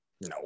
No